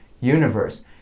universe